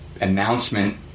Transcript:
announcement